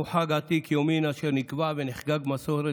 זהו חג עתיק יומין אשר נקבע ונחגג במסורת